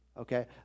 Okay